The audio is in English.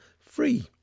free